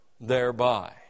thereby